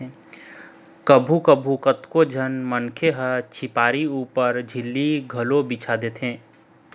कभू कभू कतको झन मनखे ह झिपारी ऊपर झिल्ली घलोक बिछा देथे